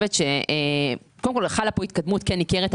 חושבת שחלה פה התקדמות ניכרת.